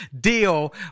deal